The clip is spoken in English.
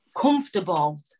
comfortable